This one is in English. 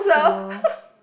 so